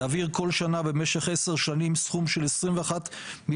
תעביר כל שנה במשך עשר שנים סכום של 21 מיליון